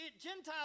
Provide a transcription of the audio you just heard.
Gentiles